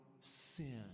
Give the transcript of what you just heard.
sin